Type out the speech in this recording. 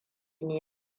ne